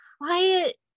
quiet